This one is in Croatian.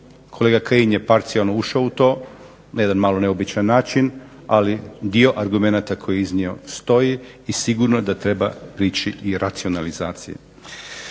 Kolega Kajin je parcijalno ušao u to na jedan malo neobičan način, ali dio argumenata koji je iznio stoji i sigurno da treba priči i racionalizaciji.